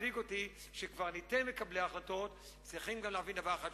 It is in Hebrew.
מדאיג אותי שקברניטי מקבלי ההחלטות צריכים להבין דבר אחד,